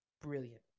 brilliant